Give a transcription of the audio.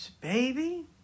Baby